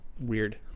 Weird